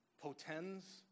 potens